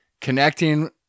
connecting